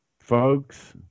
folks